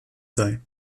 sei